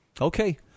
Okay